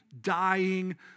dying